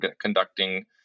conducting